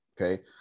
okay